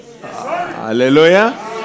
Hallelujah